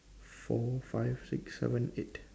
four five six seven eight